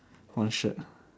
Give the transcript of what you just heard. one shirt ah